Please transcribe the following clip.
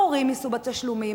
ההורים יישאו בתשלומים.